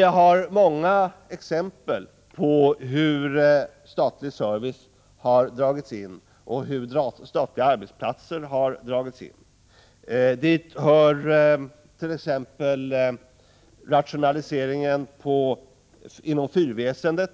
Vi har många exempel på hur statlig service och statliga arbetsplatser har dragits in. Dit hör t.ex. automatiseringen inom fyrväsendet.